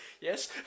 Yes